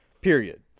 Period